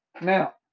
Now